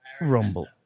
Rumble